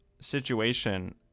Situation